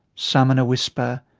some in a whisper,